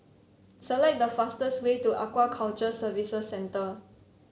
select the fastest way to Aquaculture Services Centre